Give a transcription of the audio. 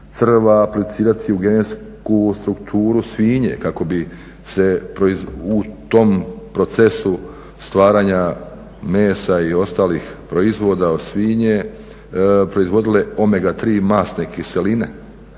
aplicirati u genetsku strukturu svinje kako bi se u tom procesu stvaranja mesa i ostalih proizvoda od svinje proizvodile omega tri masne kiseline